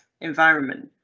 environment